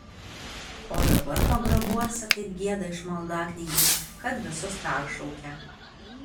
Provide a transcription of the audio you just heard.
o dabar pagrabuose taip gieda iš maldaknygės kad visus peršaukia